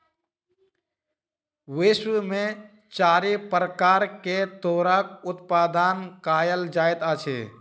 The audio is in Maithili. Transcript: विश्व में चारि प्रकार के तूरक उत्पादन कयल जाइत अछि